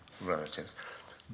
relatives